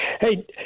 Hey